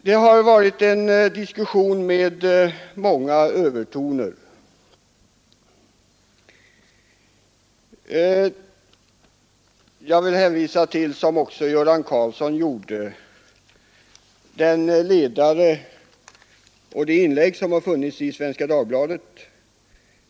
Det har förts en diskussion med många övertoner. Jag vill hänvisa till — vilket också herr Göran Karlsson gjorde — den ledare och de inlägg som funnits i Svenska Dagbladet.